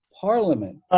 Parliament